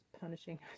punishing